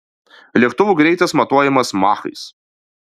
lėktuvų greitis matuojamas machais